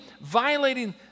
violating